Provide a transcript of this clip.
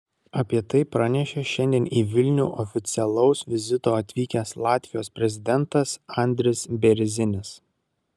apie tai pranešė šiandien į vilnių oficialaus vizito atvykęs latvijos prezidentas andris bėrzinis